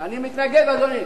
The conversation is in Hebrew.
אני מתנגד, אדוני.